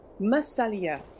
Massalia